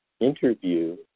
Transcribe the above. interview